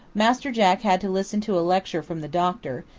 master jack had to listen to a lecture from the doctor,